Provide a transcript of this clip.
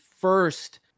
first